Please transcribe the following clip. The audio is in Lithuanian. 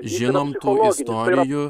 žinom tų istorijų